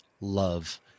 love